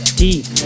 deep